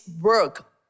work